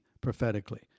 prophetically